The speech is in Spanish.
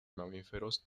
mamíferos